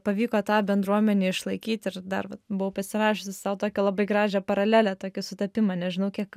pavyko tą bendruomenę išlaikyt ir dar va buvau pasirašiusi sau tokią labai gražią paralelę tokį sutapimą nežinau kiek